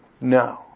No